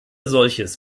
solches